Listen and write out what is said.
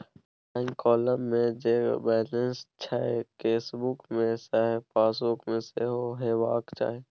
bank column मे जे balance छै केसबुक मे सैह पासबुक मे सेहो हेबाक चाही